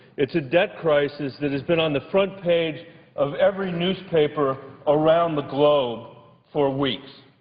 it's a debt crisis that has been on the front page of every newspaper around the globe for weeks.